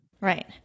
Right